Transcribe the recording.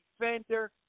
defender